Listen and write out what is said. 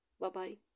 Bye-bye